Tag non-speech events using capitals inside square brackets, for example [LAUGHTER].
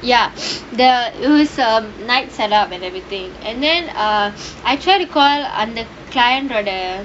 ya [NOISE] the all the night set up and everything and then err I try to call அந்த:antha client ஓட:oda